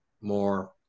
more